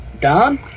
Don